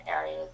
areas